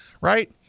right